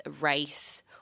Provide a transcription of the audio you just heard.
race